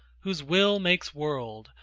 whose will makes world,